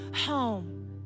home